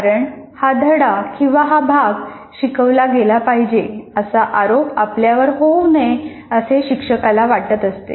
कारण हा धडा किंवा हा भाग शिकवला गेला नाही असा आरोप आपल्यावर होऊ नये असे शिक्षकाला वाटत असते